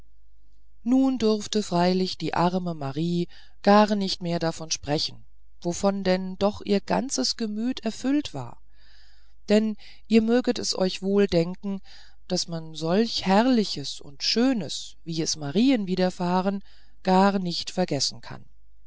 nun durfte freilich die arme marie gar nicht mehr davon sprechen wovon denn doch ihr ganzes gemüt erfüllt war denn ihr möget es euch wohl denken daß man solch herrliches und schönes wie es marien widerfahren gar nicht vergessen kann